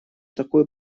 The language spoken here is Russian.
такую